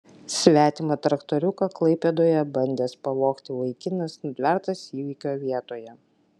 svetimą traktoriuką klaipėdoje bandęs pavogti vaikinas nutvertas įvykio vietoje